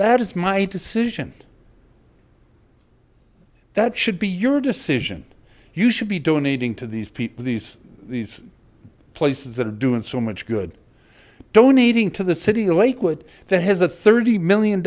that is my decision that should be your decision you should be donating to these people these these places that are doing so much good donating to the city of lakewood that has a thirty million